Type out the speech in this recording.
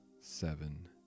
seven